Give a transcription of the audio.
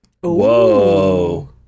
Whoa